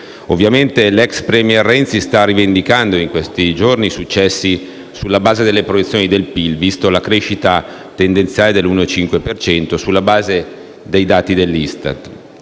Ovviamente l'ex *premier* Renzi sta rivendicando in questi giorni i successi sulla base delle proiezioni del PIL, visto in crescita tendenziale all'1,5 per cento e sulla base dei dati ISTAT